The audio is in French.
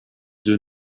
deux